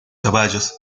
caballos